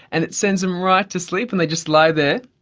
and it sends them right to sleep and they just lie there,